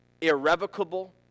irrevocable